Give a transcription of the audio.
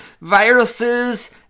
viruses